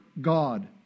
God